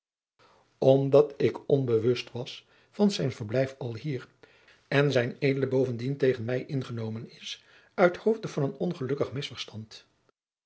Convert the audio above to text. omdat ik onbewust was van zijn verblijf alhier en zijn ed bovendien tegen mij ingenomen is uithoofde van een ongelukkig misverstand